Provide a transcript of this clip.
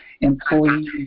employees